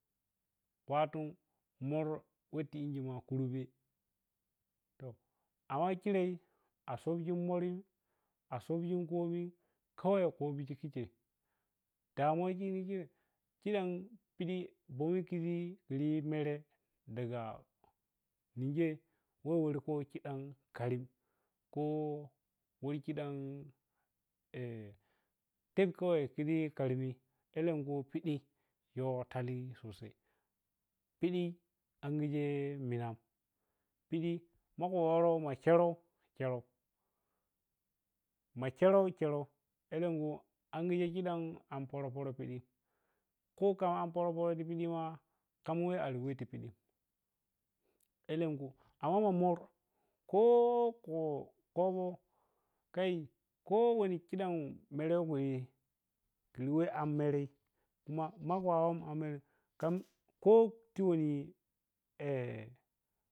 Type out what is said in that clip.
Wato mor weti inji ma khunbe to amma chirei a sobjin morin a sobtin komin kawai kobiji ki chei damuwa chimi chei che dum pidi bomi chei kuryi mere daga ninje wp woriko chidom karim ko chidam wa eh ko chidam. eh tep kawai kisi karim densa low tali sosai pidi angije minan kiji maku woro ma cherou, cherou ma cherou-cherou elenkui angije chidam an poro-poron pidi ko mak an poro-poron pidima kamwe arwen tipidin elenkui amma wor ko ku kopou kai kowane chidam mere me muryi murweh am merei kuma maka wan kan koti wani eh.